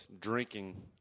drinking